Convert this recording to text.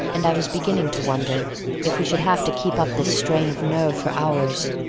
and i was beginning to wonder if we should have to keep up this strain of nerve for hours,